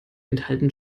enthalten